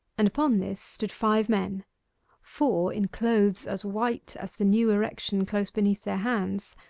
and upon this stood five men four in clothes as white as the new erection close beneath their hands,